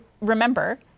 remember